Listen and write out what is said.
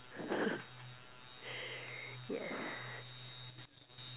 yes